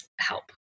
help